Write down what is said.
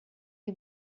you